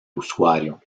usuario